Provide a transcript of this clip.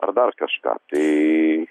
ar dar kažką tai